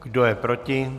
Kdo je proti?